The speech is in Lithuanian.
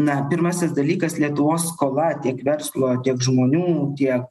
na pirmasis dalykas lietuvos skola tiek verslo tiek žmonių tiek